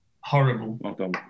Horrible